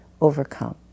overcome